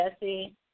Jesse